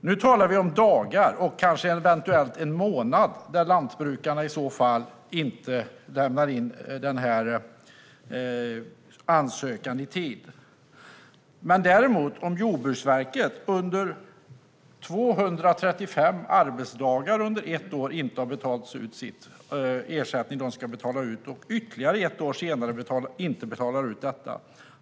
Nu talar vi om dagar, kanske eventuellt en månad, då lantbrukarna inte lämnar in ansökan i tid. Däremot har Jordbruksverket under 235 arbetsdagar på ett år inte betalat ut den ersättning man ska betala ut. Ytterligare ett år senare har man inte betalat ut detta.